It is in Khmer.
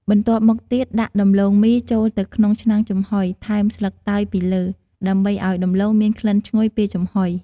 បន្ទាប់មកទៀត ដាក់ដំឡូងមីចូលទៅក្នុងឆ្នាំងចំហុយ ថែមស្លឹកតើយពីលើ ដើម្បីឲ្យដំឡូងមានក្លិនឈ្ងុយ ពេលចំហុយ។